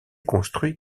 construits